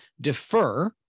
defer